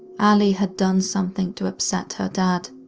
allie had done something to upset her dad,